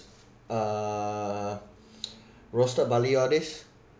uh roasted barley all these